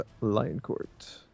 Lioncourt